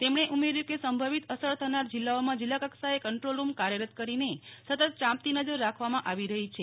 તેમણે ઉમેર્ટું કે સંભવિત અસર થનાર જિલ્લાઓમાં જિલ્લાકક્ષાએ કંટ્રોલ રૂમ કાર્યરત કરીને સતત યાંપતી નજર રાખવામાં આવી રહી છે